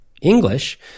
English